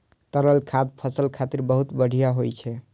तरल खाद फसल खातिर बहुत बढ़िया होइ छै